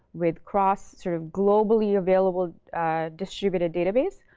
with cross sort of globally available distributed database?